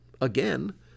Again